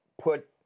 put